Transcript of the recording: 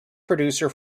producer